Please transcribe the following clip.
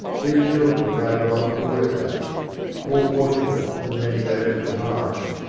these children were now gone to the workhouse more fortunate than the many they left behind.